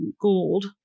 gold